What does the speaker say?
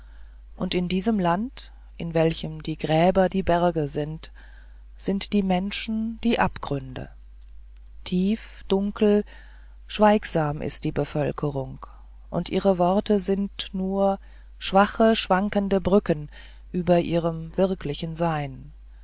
und in diesem land in welchem die gräber die berge sind sind die menschen die abgründe tief dunkel schweigsam ist die bevölkerung und ihre worte sind nur schwache schwankende brücken über ihrem wirklichen sein